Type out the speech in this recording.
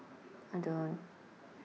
I don't